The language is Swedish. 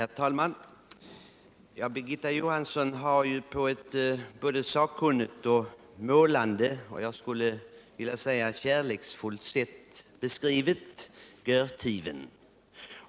Herr talman! Birgitta Johansson har på ett sakkunnigt, målande och — låt mig säga det — kärleksfullt sätt beskrivit Görtiven.